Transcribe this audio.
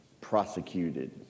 prosecuted